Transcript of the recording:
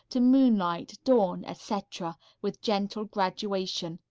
to moonlight, dawn, etc, with gentle gradation.